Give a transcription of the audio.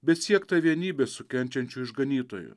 bet siekta vienybės su kenčiančiu išganytoju